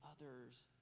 others